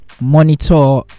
monitor